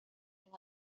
los